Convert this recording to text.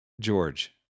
George